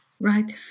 Right